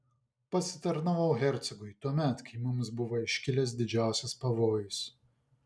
pasitarnavau hercogui tuomet kai mums buvo iškilęs didžiausias pavojus